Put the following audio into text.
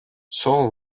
saul